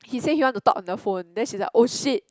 he say he want to talk on the phone then she's like oh shit